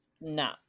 No